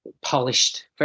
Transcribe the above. polished